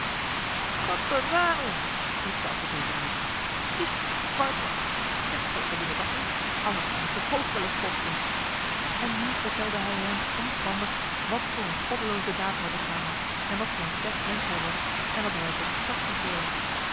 god beware ons riep de apotheker uit je spreekt wartaal zeg zulke dingen toch niet anders kon het je je hoofd wel eens kosten en nu vertelde hij hem omstandig wat voor een goddelooze daad hij begaan had en wat voor een slecht mensch hij was en dat hij er voor gestraft moest worden